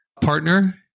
partner